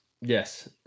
Yes